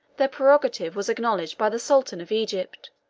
their prerogative was acknowledged by the sultan of egypt,